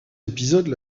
épisodes